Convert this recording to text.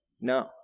No